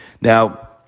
Now